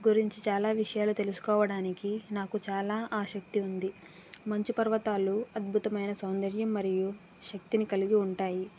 గురించి చాలా విషయాలు తెలుసుకోవడానికి నాకు చాలా ఆసక్తి ఉంది మంచు పర్వతాలు అధ్బుతమైన సౌందర్యం మరియు శక్తిని కలిగి ఉంటాయి